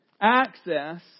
access